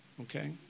okay